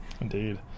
Indeed